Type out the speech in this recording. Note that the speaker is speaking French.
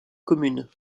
communes